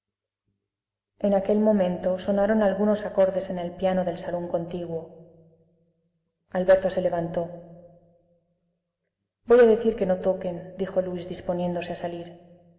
en aquel momento sonaron algunos acordes en el piano del salón contiguo alberto se levantó voy a decir que no toquen dijo luis disponiéndose a salir